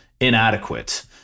inadequate